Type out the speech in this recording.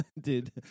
Dude